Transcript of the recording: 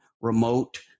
remote